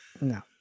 No